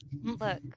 look